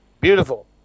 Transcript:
Beautiful